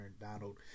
donald